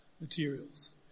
materials